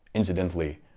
Incidentally